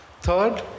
Third